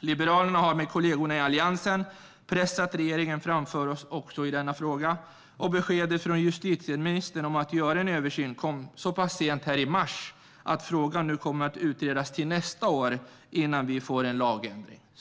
Liberalerna har med kollegorna i Alliansen pressat regeringen framför oss också i denna fråga. Beskedet från justitieministern om en översyn kom så pass sent i mars att frågan nu kommer att utredas till nästa år innan vi får en lagändring.